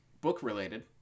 Book-related